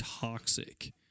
toxic